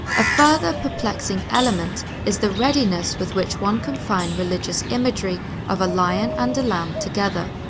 a further perplexing element is the readiness with which one can find religious imagery of a lion and a lamb together.